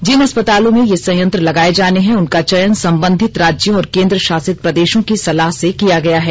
जिन अस्पतालों में ये संयंत्र लगाए जाने हैं उनका चयन संबंधित राज्यों और केन्द्र शासित प्रदेशों की सलाह से किया गया है